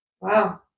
Wow